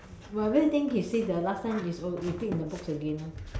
everything he say the last time is repeat in the books again orh